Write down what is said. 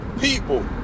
people